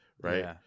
right